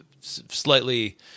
slightly